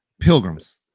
Pilgrims